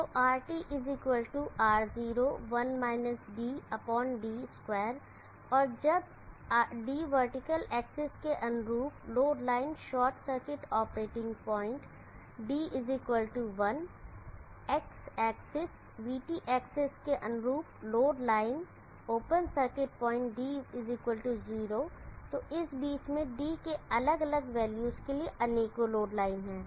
तो RT R0d2 और यहाँ जब d वर्टिकल एक्सिस के अनुरूप load line short circuit operating point d1 X axis vT axis के अनुरूप load line open circuit point d 0 तो इसी बीच में d के अलग अलग वैल्यूज के लिए अनेकों लोड लाइनें हैं